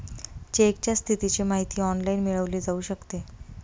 चेकच्या स्थितीची माहिती ऑनलाइन मिळवली जाऊ शकते